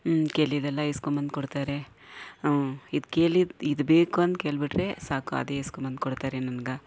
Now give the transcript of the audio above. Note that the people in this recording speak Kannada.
ಹ್ಞೂ ಕೇಳಿದ್ದೆಲ್ಲ ಇಸ್ಕೊಂಬಂದು ಕೊಡ್ತಾರೆ ಹ್ಞೂ ಇದು ಕೇಳಿದ್ದು ಇದು ಬೇಕು ಅಂತ ಕೇಳ್ಬಿಟ್ರೆ ಸಾಕು ಅದೇ ಇಸ್ಕೊಂಬಂದು ಕೊಡ್ತಾರೆ ನನಗೆ